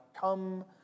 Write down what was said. come